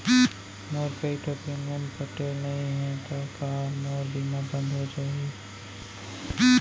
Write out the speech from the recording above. मोर कई ठो प्रीमियम पटे नई हे ता का मोर बीमा बंद हो गए होही?